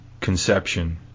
conception